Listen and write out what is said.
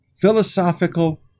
Philosophical